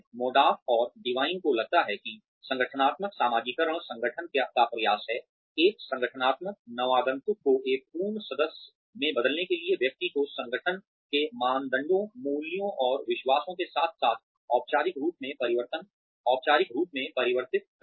मोड़ाफ और डिवाइन को लगता है कि संगठनात्मक समाजीकरण संगठन का प्रयास है एक संगठनात्मक नवागंतुक को एक पूर्ण सदस्य में बदलने के लिए व्यक्ति को संगठन के मानदंडों मूल्यों और विश्वासों के साथ साथ औपचारिक रूप में परिवर्तित करना